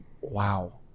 wow